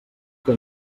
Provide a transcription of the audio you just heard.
que